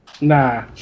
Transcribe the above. Nah